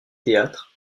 théâtre